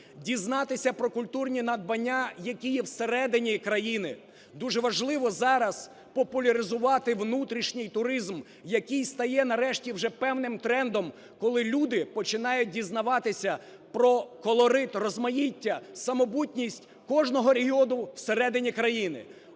дізнатися про культурні надбання, які є всередині країни. Дуже важливо зараз популяризувати внутрішній туризм, який стає нарешті вже певним трендом, коли люди починають дізнаватися про колорит, розмаїття, самобутність кожного регіону всередині країни.